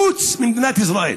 חוץ ממדינת ישראל?